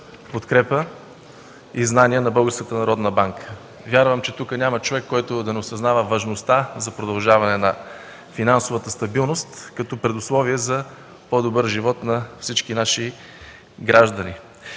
Българска народна банка. Вярвам, че тук няма човек, който да не осъзнава важността за продължаване на финансовата стабилност като предусловие за по-добър живот на всички наши граждани.